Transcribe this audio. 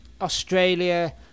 australia